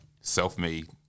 Self-made